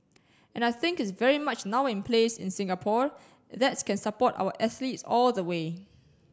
and I think it's very much now in place in Singapore that can support our athletes all the way